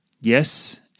Yes